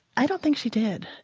i don't think she did,